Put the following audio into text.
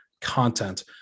content